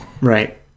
Right